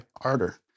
harder